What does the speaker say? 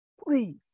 please